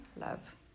love